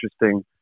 interesting